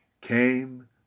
came